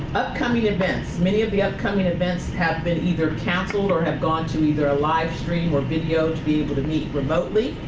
upcoming events many of the upcoming events have been either canceled or have gone to either a live stream or video to be able to meet remotely.